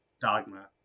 Dogma